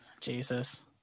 Jesus